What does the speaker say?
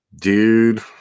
Dude